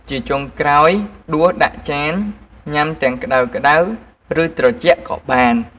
ជាចុងក្រោយ ដួសដាក់ចានញ៉ាំទាំងក្តៅៗ ឬត្រជាក់ក៏បាន។